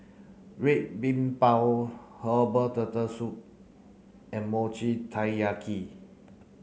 Red Bean Bao herbal turtle soup and Mochi Taiyaki